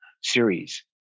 series